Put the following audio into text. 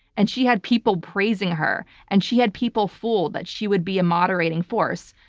and she had people praising her, and she had people fooled that she would be a moderating force.